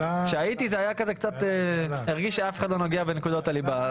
כשהייתי זה הרגיש שאף אחד לא נוגע בנקודת הליבה.